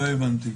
לא הבנתי.